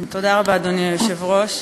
אדוני היושב-ראש,